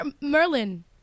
Merlin